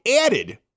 added